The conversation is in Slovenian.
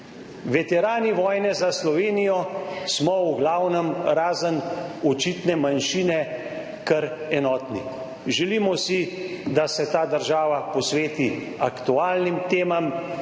Veterani vojne za Slovenijo smo v glavnem, razen očitne manjšine, kar enotni. Želimo si, da se ta država posveti aktualnim temam,